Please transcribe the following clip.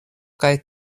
kaj